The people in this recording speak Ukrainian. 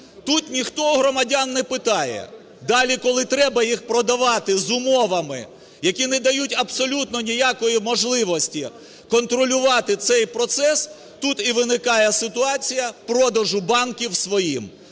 тут ніхто в громадян не питає. Далі, коли треба їх продавати з умовами, які не дають абсолютно ніякої можливості контролювати цей процес, тут і виникає ситуація продажу банків своїм.